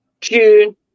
June